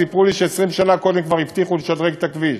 סיפרו לי ש-20 שנה קודם כבר הבטיחו לשדרג את הכביש.